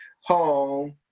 home